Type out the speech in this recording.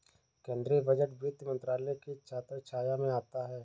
केंद्रीय बजट वित्त मंत्रालय की छत्रछाया में आता है